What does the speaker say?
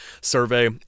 survey